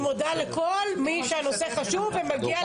מודה לכל מי שהנושא חשוב לו.